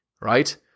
right